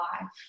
life